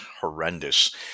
horrendous